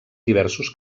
diversos